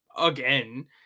again